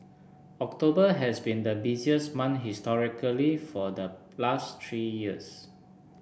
October has been the busiest month historically for the last three years